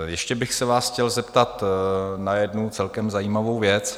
Ještě bych se vás chtěl zeptat na jednu celkem zajímavou věc.